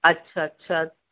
अच्छा अच्छा